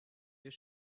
your